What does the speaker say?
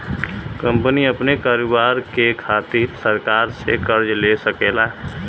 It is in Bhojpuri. कंपनी अपने कारोबार के खातिर सरकार से कर्ज ले सकेला